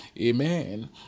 amen